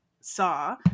saw